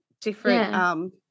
different